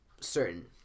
certain